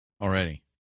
already